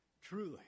Truly